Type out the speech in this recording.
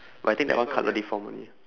but I think that one colour deform only